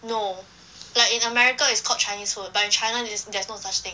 no like in america it's called chinese food but in china there there's no such thing